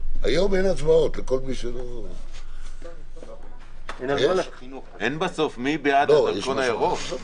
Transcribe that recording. ואיך האפליקציה או כל כלי אחר דרכון ירוק,